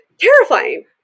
terrifying